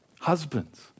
Husbands